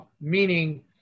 meaning